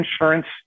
insurance